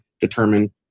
determine